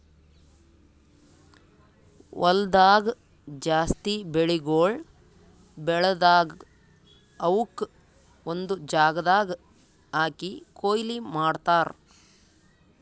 ಹೊಲ್ದಾಗ್ ಜಾಸ್ತಿ ಬೆಳಿಗೊಳ್ ಬೆಳದಾಗ್ ಅವುಕ್ ಒಂದು ಜಾಗದಾಗ್ ಹಾಕಿ ಕೊಯ್ಲಿ ಮಾಡ್ತಾರ್